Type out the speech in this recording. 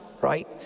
right